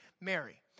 Mary